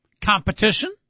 Competition